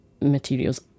materials